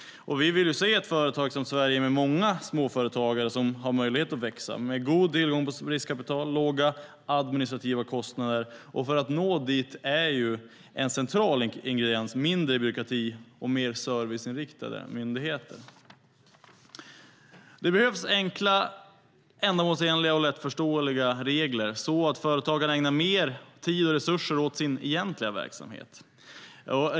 Vi vill se ett företagsamt Sverige med många småföretagare som har möjlighet att växa, god tillgång på riskkapital och låga administrativa kostnader. För att nå dit är en central ingrediens mindre byråkrati och mer serviceinriktade myndigheter. Det behövs enkla, ändamålsenliga och lättförståeliga regler, så att företagare kan ägna mer tid och resurser åt sin egentliga verksamhet.